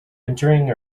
entering